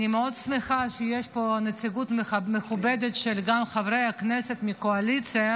אני מאוד שמחה שיש פה נציגות מכובדת של חברי כנסת מהקואליציה